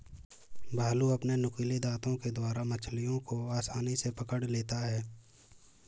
भालू अपने नुकीले दातों के द्वारा मछलियों को आसानी से पकड़ लेता है